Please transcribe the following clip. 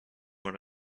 one